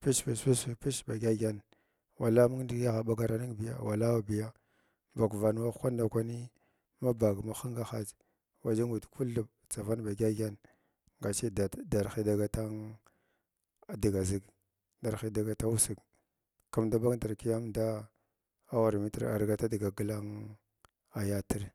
pis pis pish ha dyədyən wala mung nidigi a ɓagara ningbiya walaw biya vak vak wana ndakwani ma davuna mahinga hats wajen nug kul thin tsavan ba dyədyən gashi derhi dagatz digaʒtga darhi agat ussig kum agal ndar th yamda awannamits dga glan a yaatr.